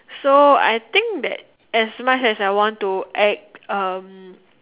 so I think that as much as I want to act um